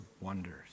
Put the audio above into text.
wonders